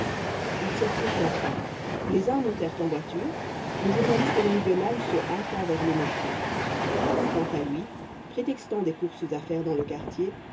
ils sortirent enfin les uns montèrent en voiture le journaliste méridional se hâta vers le métro quant à lui prétextant des courses à faire dans le quartier